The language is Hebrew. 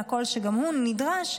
שגם הוא נדרש,